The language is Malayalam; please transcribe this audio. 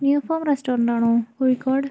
ന്യൂഫോം റെസ്റ്റോറൻറ്റ് ആണോ കോഴിക്കോട്